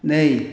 नै